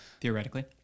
Theoretically